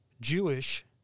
Jewish